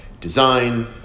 design